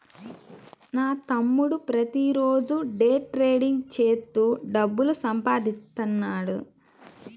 నా తమ్ముడు ప్రతిరోజూ డే ట్రేడింగ్ చేత్తూ డబ్బులు సంపాదిత్తన్నాడు